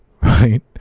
right